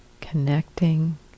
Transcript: connecting